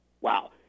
Wow